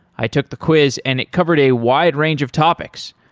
i took the quiz and it covered a wide range of topics.